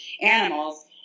animals